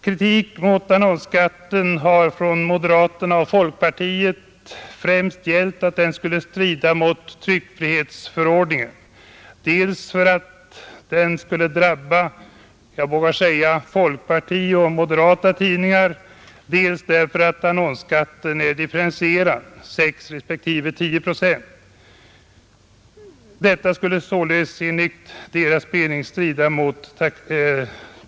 Kritiken mot annonsskatten har från moderaterna och folkpartiet främst gällt att skatten skulle strida mot tryckfrihetsförordningen, dels därför att den skulle drabba — jag vågar säga det — folkpartioch moderattidningar, dels därför att annonsskatten är differentierad och utgår med 6 respektive 10 procent.